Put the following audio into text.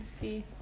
see